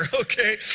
Okay